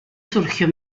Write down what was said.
surgió